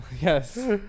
Yes